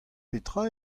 petra